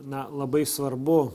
na labai svarbu